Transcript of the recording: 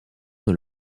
dans